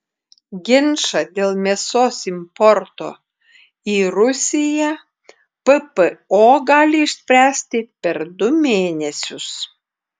ginčą dėl mėsos importo į rusiją ppo gali išspręsti per du mėnesius